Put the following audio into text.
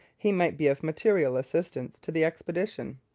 he might be of material assistance to the expedition.